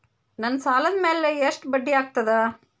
ನನ್ನ ಸಾಲದ್ ಮ್ಯಾಲೆ ಎಷ್ಟ ಬಡ್ಡಿ ಆಗ್ತದ?